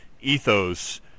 ethos